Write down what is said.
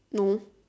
no